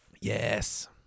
Yes